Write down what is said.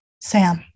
Sam